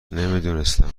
نمیدونستم